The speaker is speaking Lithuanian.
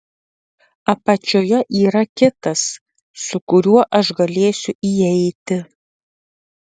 apačioje yra kitas su kuriuo aš galėsiu įeiti